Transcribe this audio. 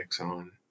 on